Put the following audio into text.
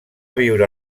viure